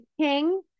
King